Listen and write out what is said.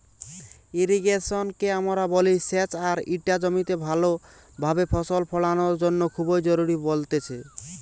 irrigation কে আমরা বলি সেচ আর ইটা জমিতে ভালো ভাবে ফসল ফোলানোর জন্য খুবই জরুরি বলতেছে